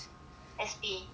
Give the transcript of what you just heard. S_P